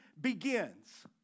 begins